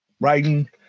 writing